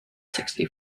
sixty